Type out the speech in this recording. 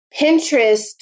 Pinterest